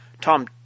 Tom